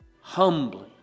Humbly